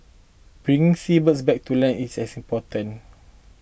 bringing seabirds back to land is important